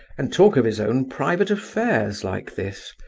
and talk of his own private affairs like this.